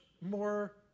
more